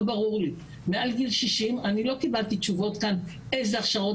אבל לא ברור לי לגבי אלה מעל גיל 60. לא קיבלתי כאן תשובות איזה הכשרות